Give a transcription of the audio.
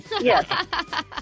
Yes